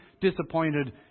disappointed